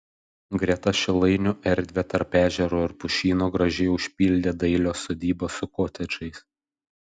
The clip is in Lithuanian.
greta šilainių erdvę tarp ežero ir pušyno gražiai užpildė dailios sodybos su kotedžais